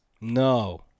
No